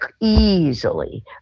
easily